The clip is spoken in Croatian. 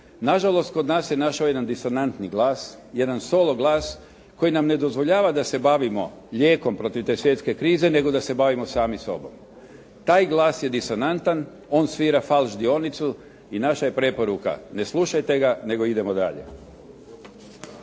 Na žalost, kod nas se našao jedan disonantni glas, jedan solo glas koji nam ne dozvoljava da se bavimo lijekom protiv te svjetske krize, nego da se bavimo sami sobom. Taj glas je disonantan, on svira falš dionicu i naša je preporuka ne slušajte ga, nego idemo dalje.